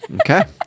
Okay